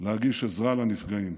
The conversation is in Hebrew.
להגיש עזרה לנפגעים,